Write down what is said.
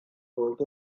rolled